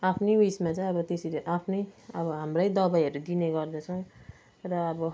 आफ्नै ऊ यसमा चाहिँ अब त्यसरी आफ्नै अब हाम्रै दबाईहरू दिने गर्दछौँ र अब